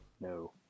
No